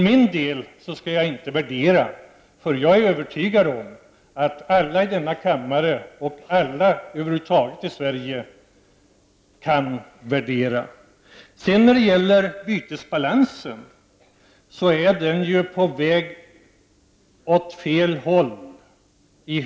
Jag skall inte värdera den saken, men jag är övertygad om att alla i denna kammare och alla andra människor i Sverige kan göra det. Bytesbalansen är i högt tempo på väg åt fel håll.